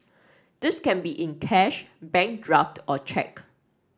this can be in cash bank draft or cheque